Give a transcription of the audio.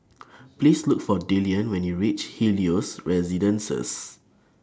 Please Look For Dillion when YOU REACH Helios Residences